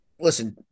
listen